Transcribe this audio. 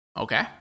Okay